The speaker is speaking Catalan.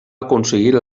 aconseguir